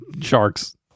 sharks